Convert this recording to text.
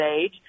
age